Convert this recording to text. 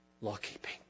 law-keeping